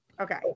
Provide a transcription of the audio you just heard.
Okay